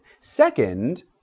second